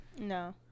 No